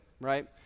right